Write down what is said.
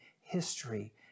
history